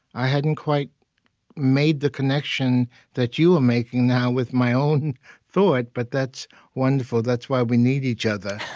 i hadn't quite made the connection that you are making now with my own thought, but that's wonderful. that's why we need each other.